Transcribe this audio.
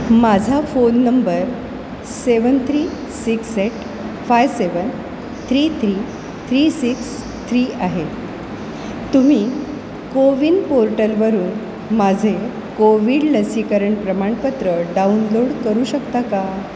माझा phone number seven three six eight five seven three three three six three आहे तुम्ही CoWIN पोर्टलवरून माझे कोविड लसीकरण प्रमाणपत्र डाउनलोड करू शकता का